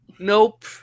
Nope